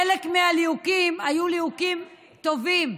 חלק מהליהוקים היו ליהוקים טובים,